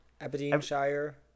Aberdeenshire